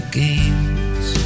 games